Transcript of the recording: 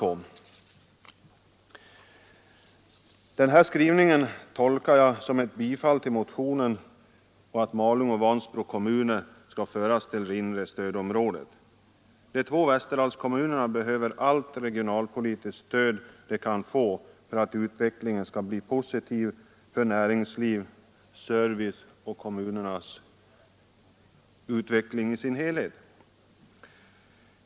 Den här skrivningen tolkar jag som ett tillstyrkande av motionen och att Malung och Vansbro kommuner skall föras till det inre stödområdet. De två Västerdalskommunerna behöver allt det regionalpolitiska stöd de kan få för att näringsliv, service och kommunerna i sin helhet skall utvecklas positivt.